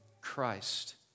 Christ